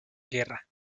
guerra